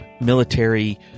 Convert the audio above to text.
military